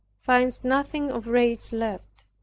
finds nothing of rage left.